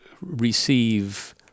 receive